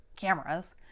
cameras